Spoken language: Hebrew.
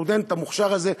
הסטודנט המוכשר הזה,